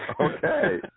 Okay